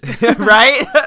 Right